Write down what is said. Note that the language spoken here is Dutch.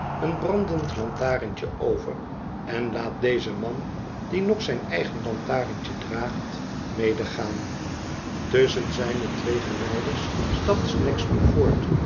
een brandend lantaarntje over en laat dezen man die nog zijn eigen lantaarntje draagt medegaan tusschen zijne twee geleiders stapt snagsby voort